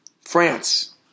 France